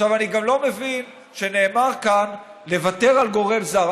אני גם לא מבין שנאמר כאן לוותר על גורם זר.